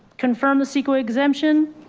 confirm the ceco exemption